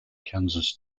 kansas